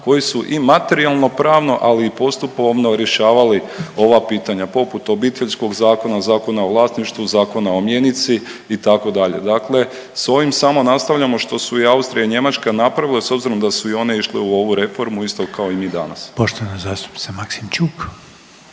koji su i materijalno-pravno, ali i postupovno rješavali ova pitanja poput Obiteljskog zakona, Zakona o vlasništvu, Zakona o mjenici itd., dakle s ovim samo nastavljamo što su Austrija i Njemačka napravile s obzirom da su i one išle u ovu reformu isto kao i mi danas. **Reiner, Željko